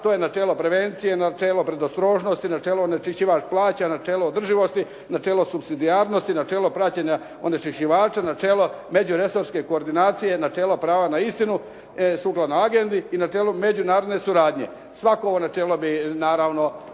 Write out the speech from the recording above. to je načelo prevencije, načelo predostrožnosti, načelo onečišćivač plaća, načelo održivosti, načelo supsidijarnosti, načelo praćenja onečišćivača, načelo međuresorske koordinacije, načelo prava na istinu sukladno Agendi i načelo međunarodne suradnje. Svako ovo načelo bi naravno